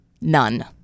None